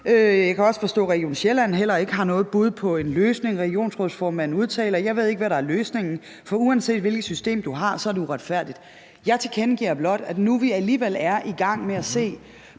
Jeg kan også forstå, at Region Sjælland heller ikke har noget bud på en løsning. Regionsrådsformanden udtaler: Jeg ved ikke, hvad der er løsningen, for uanset hvilket system du har, er det uretfærdigt. Jeg tilkendegiver blot, at nu vi alligevel er i gang med at se